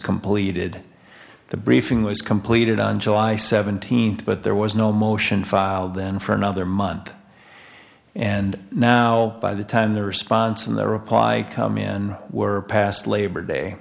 completed the briefing was completed on july seventeenth but there was no motion filed then for another month and now by the time their response and their reply come in were passed labor day